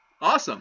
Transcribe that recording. Awesome